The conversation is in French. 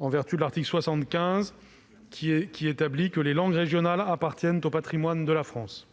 à l'article 75-1 qui dispose :« Les langues régionales appartiennent au patrimoine de la France.